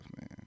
man